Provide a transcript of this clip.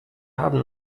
haben